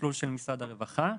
בתכלול של משרד הרווחה.